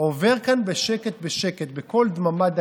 עובר כאן בשקט בשקט, בקול דממה דקה.